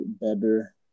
better